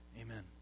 amen